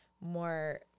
more